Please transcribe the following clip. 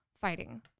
fighting